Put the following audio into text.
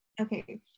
Okay